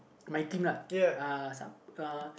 my team lah uh